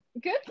good